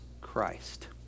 Christ